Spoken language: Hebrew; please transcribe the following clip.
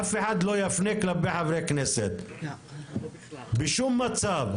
אף אחד לא יפנה כלפי חברי כנסת בשום מצב.